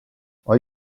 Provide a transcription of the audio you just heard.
are